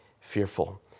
fearful